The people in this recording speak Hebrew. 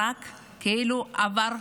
כאילו זה עבר,